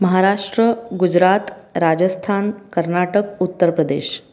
Maharashtra Gujarat Rajasthan Karnataka Uttar Pradesh